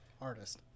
artist